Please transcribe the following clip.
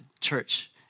church